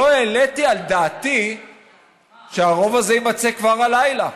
לא העליתי על דעתי שהרוב הזה יימצא כבר הלילה.